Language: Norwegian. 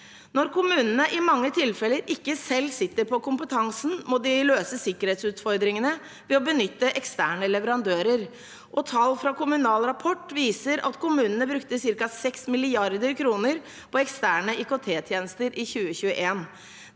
Når kommunene i mange tilfeller ikke selv sitter på kompetansen, må de løse sikkerhetsutfordringene ved å benytte eksterne leverandører. Tall fra Kommunal Rapport viser at kommunene brukte ca. 6 mrd. kr på eksterne IKT-tjenester i 2021.